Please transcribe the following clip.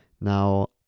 Now